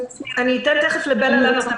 אתן תיכף לבלה בן גרשון לענות.